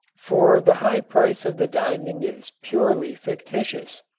for the high price of the diamond is purely fictitious.